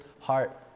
heart